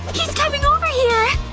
he's coming over here!